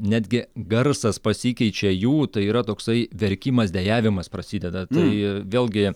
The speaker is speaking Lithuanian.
netgi garsas pasikeičia jų tai yra toksai verkimas dejavimas prasideda tai vėlgi